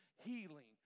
healing